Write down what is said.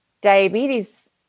diabetes